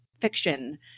fiction